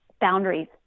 boundaries